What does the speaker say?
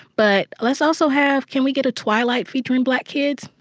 but let's also have can we get a twilight featuring black kids?